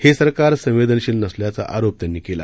हे सरकार संवेदनशील नसल्याचा आरोप त्यांनी केला